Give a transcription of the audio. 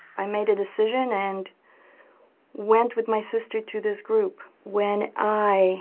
i made a decision and went with, my sister to this group, when i